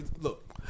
look